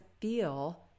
feel